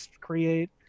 create